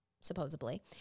supposedly